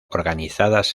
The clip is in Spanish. organizadas